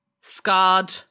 scarred